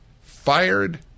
fired